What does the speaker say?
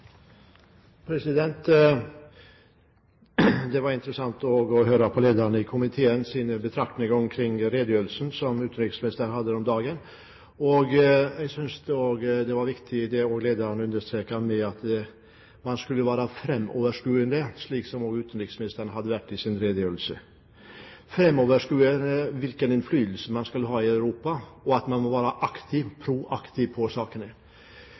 Det var interessant å høre på lederen av komiteens betraktninger omkring redegjørelsen som utenriksministeren hadde her om dagen. Jeg synes også det var viktig det lederen understreket, at man skulle være «framoverskuende», slik som utenriksministeren var i sin redegjørelse – framoverskuende med hensyn til hvilken innflytelse man skal ha i Europa, og at man må være proaktiv i sakene.